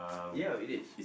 ya it is